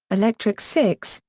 electric six,